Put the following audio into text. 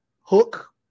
Hook